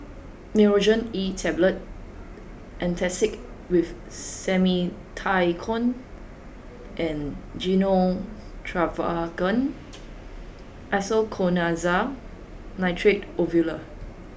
Nurogen E Tablet Antacid with Simethicone and Gyno Travogen Isoconazole Nitrate Ovule